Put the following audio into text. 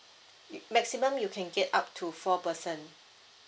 maximum you can get up to four person